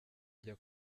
njya